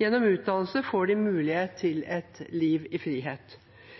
Gjennom utdannelse får de mulighet til